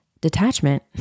detachment